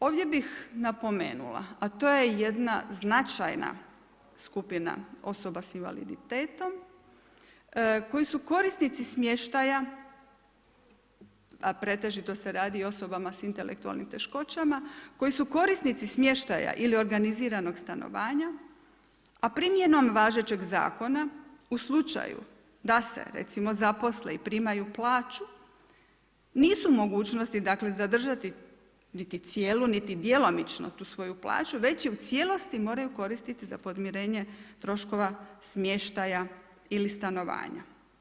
Ovdje bih napomenula a to je jedna značajna skupina osoba sa invaliditetom koji su korisnici smještaja a pretežito se radi o osobama sa intelektualnim teškoćama koji su korisnici smještaja ili organiziranog stanovanja a primjenom važećeg zakona u slučaju da se recimo zaposle i primaju plaću nisu u mogućnosti dakle zadržati niti cijelu niti djelomično tu svoju plaću već je u cijelosti moraju koristiti za podmirenje troškova smještaja ili stanovanja.